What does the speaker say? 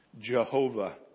Jehovah